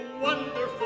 wonderful